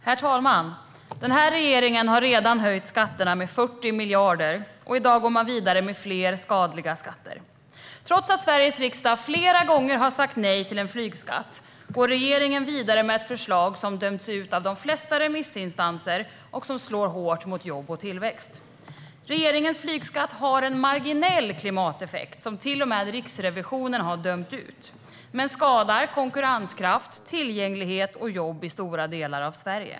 Herr talman! Den här regeringen har redan höjt skatterna med 40 miljarder. Och i dag går man vidare med förslag om fler skadliga skatter. Trots att Sveriges riksdag flera gånger har sagt nej till en flygskatt går regeringen vidare med ett förslag som dömts ut av de flesta remissinstanser och som slår hårt mot jobb och tillväxt. Regeringens flygskatt har en marginell klimateffekt, som till och med Riksrevisionen har dömt ut. Men flygskatten skadar konkurrenskraft, tillgänglighet och jobb i stora delar av Sverige.